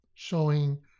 showing